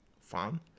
fun